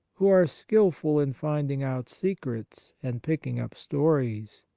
who are skilful in finding out secrets and picking up stories,